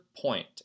point